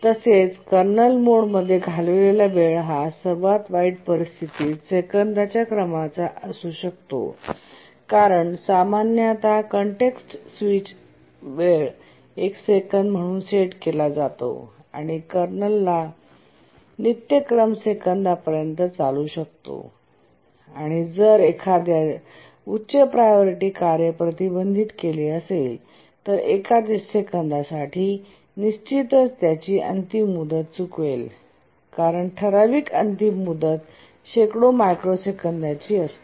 तसेच कर्नल मोडमध्ये घालवलेला वेळ हा सर्वात वाईट परिस्थितीत सेकंदाच्या क्रमाचा असू शकतो कारण सामान्यत कंटेक्स्ट स्विच वेळ एक सेकंद म्हणून सेट केला जातो आणि कर्नलचा नित्यक्रम सेकंदापर्यंत चालू शकतो आणि जर एखाद्या उच्च प्रायोरिटी कार्य प्रतिबंधित केले असेल तर एका सेकंदासाठी निश्चितच त्याची अंतिम मुदत चुकवेल कारण ठराविक अंतिम मुदत शेकडो मायक्रोसेकंदांची असते